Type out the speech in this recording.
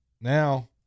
now